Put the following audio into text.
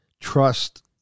trust